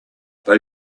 they